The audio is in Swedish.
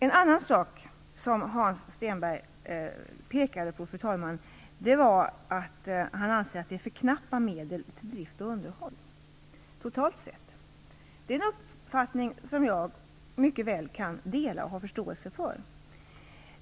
En annan sak som Hans Stenberg pekade på var att han anser att det är för knappa medel till drift och underhåll totalt sett. Det är en uppfattning som jag mycket väl kan dela och ha förståelse för.